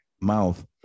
mouth